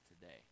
today